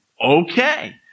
Okay